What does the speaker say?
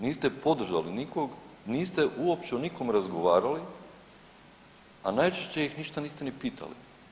Niste podržali nikog, niste uopće o nikom razgovarali a najčešće ih ništa niste ni pitali.